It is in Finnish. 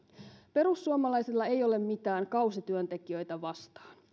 perussuomalaisilla ei ole mitään kausityöntekijöitä vastaan